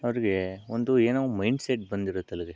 ಅವರಿಗೆ ಒಂದು ಏನೋ ಮೈಂಡ್ಸೆಟ್ ಬಂದಿರುತ್ತಲ್ಲಿಗೆ